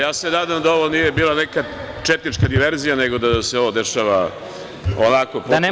Ja se nadam da ovo nije bila neka četnička diverzija, nego da se ovo dešava onako prirodno.